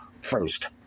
first